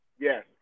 Yes